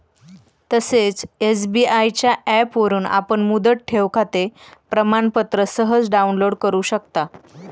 तसेच एस.बी.आय च्या ऍपवरून आपण मुदत ठेवखाते प्रमाणपत्र सहज डाउनलोड करु शकता